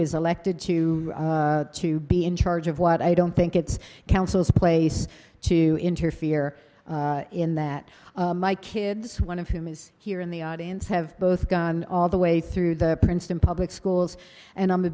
is elected to be in charge of what i don't think it's councils place to interfere in that my kids one of whom is here in the audience have both gone all the way through the princeton public schools and i'm a